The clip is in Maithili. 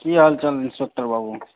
की हालचाल इन्स्पेक्टर बाबु